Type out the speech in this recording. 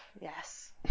Yes